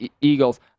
Eagles